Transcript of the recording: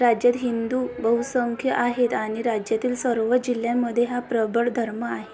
राज्यात हिंदू बहुसंख्य आहेत आणि राज्यातील सर्व जिल्ह्यांमध्ये हा प्रबळ धर्म आहे